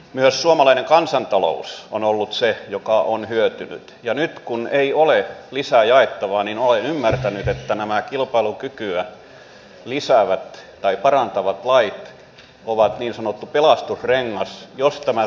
myös suomalainen kansantalous on ollut se joka on hyötynyt ja nyt kun ei ole lisää jaettavaa niin olen ymmärtänyt että nämä kilpailukykyä lisäävät tai parantavat lait ovat niin sanottu pelastusrengas jos tämä sopimuskulttuuri uppoaa